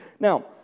Now